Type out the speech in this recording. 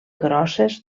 grosses